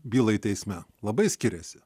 bylai teisme labai skiriasi